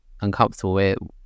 uncomfortable